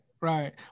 right